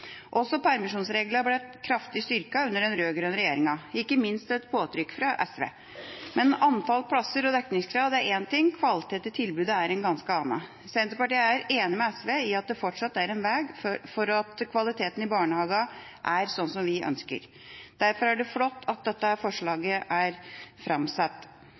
Også permisjonsreglene ble kraftig styrket under den rød-grønne regjeringa, ikke minst etter påtrykk fra SV. Men antall plasser og dekningsgrad er én ting, kvalitet i tilbudet er en ganske annen. Senterpartiet er enig med SV i at det fortsatt er en vei å gå for at kvaliteten i barnehagene er slik som vi ønsker. Derfor er det flott at dette forslaget er framsatt.